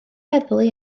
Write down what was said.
heddlu